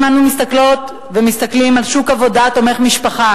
אם אנו מסתכלות ומסתכלים על שוק עבודה תומך משפחה,